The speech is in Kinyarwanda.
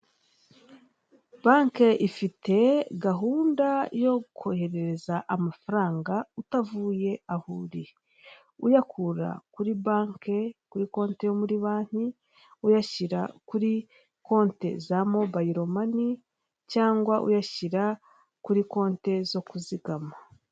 Banke ifite hagunda yo kohereza amafaranga utavuye aho uri, uyakura kuri banke, kuri konte yo muri banki, uyashyira kuri konte za mobayiro mani, cyangwa uyashyira kuri konte zo kuzigama.